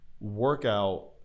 workout